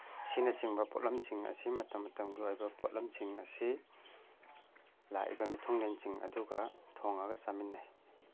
ꯑꯁꯤꯅꯆꯤꯡꯕ ꯄꯣꯠꯂꯝꯁꯤꯡ ꯑꯁꯤ ꯃꯇꯝ ꯃꯇꯝꯒꯤ ꯑꯣꯏꯕ ꯄꯣꯠꯂꯝꯁꯤꯡ ꯑꯁꯤ ꯂꯥꯛꯏꯕ ꯃꯤꯊꯨꯡꯂꯦꯟꯁꯤꯡ ꯑꯗꯨꯒ ꯊꯣꯡꯂꯒ ꯆꯥꯃꯤꯟꯅꯩ